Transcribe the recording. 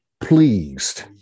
pleased